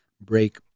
break